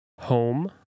Home